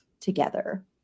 together